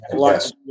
Yes